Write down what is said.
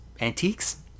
antiques